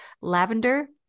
lavender